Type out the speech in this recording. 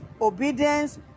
obedience